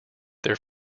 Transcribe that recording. their